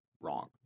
wrong